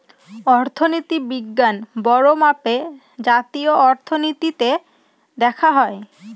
অর্থনীতি বিজ্ঞান বড়ো মাপে জাতীয় অর্থনীতিতে দেখা হয়